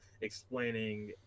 explaining